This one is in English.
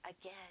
again